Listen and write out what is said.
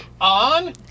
On